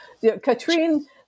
Katrine